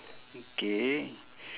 okay